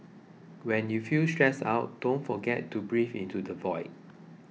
when you feel stressed out don't forget to breathe into the void